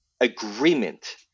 agreement